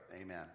Amen